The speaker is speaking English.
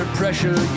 pressure